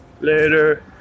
Later